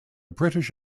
british